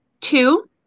Two